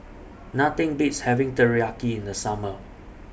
Nothing Beats having Teriyaki in The Summer